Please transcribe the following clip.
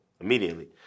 Immediately